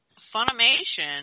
Funimation